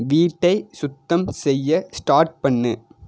வீட்டை சுத்தம் செய்ய ஸ்டார்ட் பண்ணு